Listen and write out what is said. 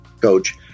coach